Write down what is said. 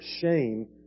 shame